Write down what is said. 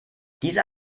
diese